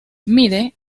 mide